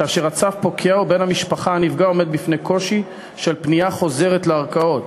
כאשר הצו פוקע ובן המשפחה הנפגע עומד בפני קושי של פנייה חוזרת לערכאות.